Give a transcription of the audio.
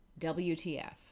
WTF